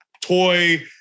toy